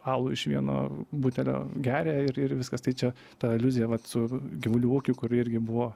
alų iš vieno butelio geria ir ir viskas tai čia ta aliuzija vat su gyvulių ūkiu kur irgi buvo